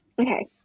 Okay